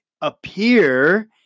appear